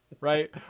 right